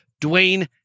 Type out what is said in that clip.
Dwayne